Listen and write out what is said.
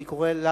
אני קורא לנו,